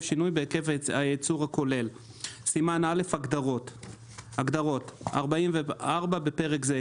שינוי בהיקף הייצור הכולל הגדרות 44. בפרק זה,